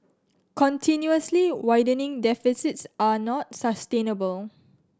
continuously widening deficits are not sustainable